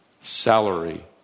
salary